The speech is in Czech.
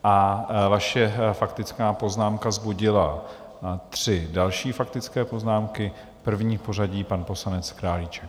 A vaše faktická poznámka vzbudila tři další faktické poznámky: první v pořadí pan poslanec Králíček.